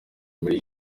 muri